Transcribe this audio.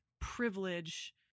privilege